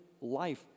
life